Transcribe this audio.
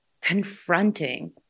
confronting